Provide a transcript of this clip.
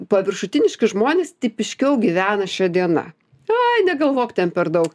paviršutiniški žmonės tipiškiau gyvena šia diena ai negalvok ten per daug